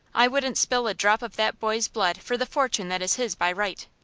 i wouldn't spill a drop of that boy's blood for the fortune that is his by right.